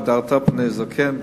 והדרת פני זקן,